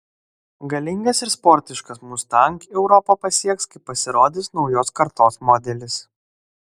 galingas ir sportiškas mustang europą pasieks kai pasirodys naujos kartos modelis